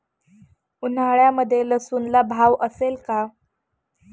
उन्हाळ्यामध्ये लसूणला भाव असेल का?